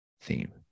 theme